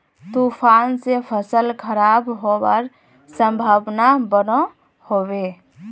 तूफान से फसल खराब होबार संभावना बनो होबे?